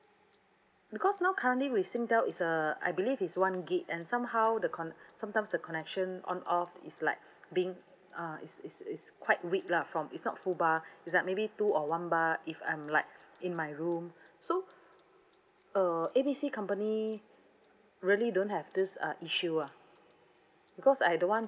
because now currently with singtel is uh I believe it's one gig and somehow the con~ sometimes the connection on off is like being uh is is is quite weak lah from is not full bar is like maybe two or one bar if I'm like in my room so uh A B C company really don't have this uh issue ah because I don't want